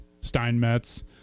Steinmetz